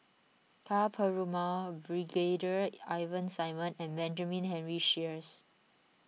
Ka Perumal Brigadier Ivan Simson and Benjamin Henry Sheares